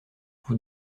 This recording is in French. vous